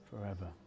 forever